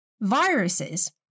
viruses